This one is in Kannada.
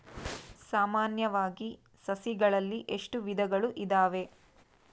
ಸಾಮಾನ್ಯವಾಗಿ ಸಸಿಗಳಲ್ಲಿ ಎಷ್ಟು ವಿಧಗಳು ಇದಾವೆ?